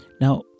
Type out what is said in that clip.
Now